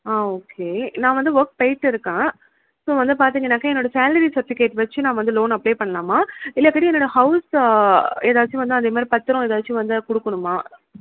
ஆ okay நான் வந்து work போய்ட்டிருக்கேன் ஸோ வந்து பார்த்திங்கன்னாக்க என்னோடய சேலரி சர்ட்டிஃபிகேட் வைச்சு நான் வந்து லோன் அப்ளே பண்ணலாமா இல்லை எப்படியும் என்னோடய ஹவுஸு ஏதாச்சும் வந்து அதே மாதிரி பத்திரம் ஏதாச்சும் வந்து கொடுக்கணுமா